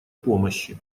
помощи